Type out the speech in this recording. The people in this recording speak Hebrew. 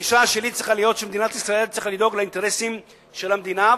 הגישה צריכה להיות שמדינת ישראל דואגת לאינטרסים של המדינה,